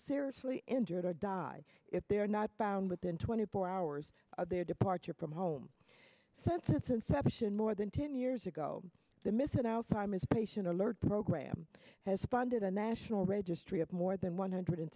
seriously injured or died if they are not found within twenty four hours of their departure from home since its inception more than ten years ago to miss an alzheimer's patient alert program has funded a national registry of more than one hundred